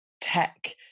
tech